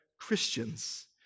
Christians